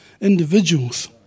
individuals